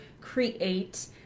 create